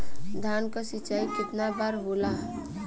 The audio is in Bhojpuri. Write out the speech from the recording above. धान क सिंचाई कितना बार होला?